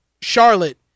Charlotte